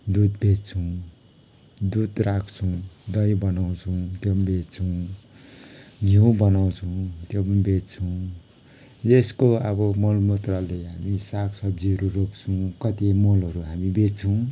दुध बेच्छौँ दुध राख्छौँ दही बनाउँछौँ त्यो पनि बेच्छौँ घिउ बनाउँछौँ त्यो पनि बेच्छौँ यसको अब मलमूत्रले हामी साग सब्जीहरू रोप्छौँ कति मलहरू हामी बेच्छौँ